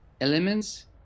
elements